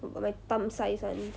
got my thumb size [one]